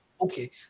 Okay